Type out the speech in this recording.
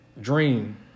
Dream